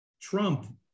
Trump